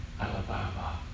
Alabama